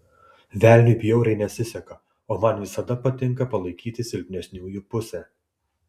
velniui bjauriai nesiseka o man visada patinka palaikyti silpnesniųjų pusę